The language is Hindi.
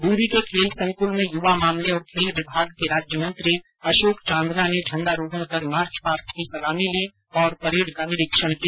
बूंदी को खेल संक्ल में युवा मामले और खेल विभाग के राज्यमंत्री अशोक चांदना ने झंडारोहण कर मार्च पास्ट की सलामी ली और परेड का निरीक्षण किया